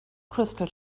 crystal